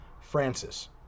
Francis